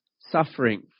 suffering